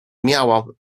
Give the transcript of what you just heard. miałam